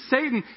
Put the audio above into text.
Satan